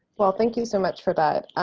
thank you so much for that.